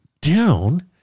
down